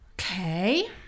okay